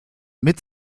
mit